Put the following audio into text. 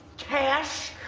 cash?